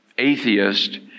atheist